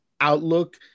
outlook